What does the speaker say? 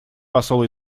посол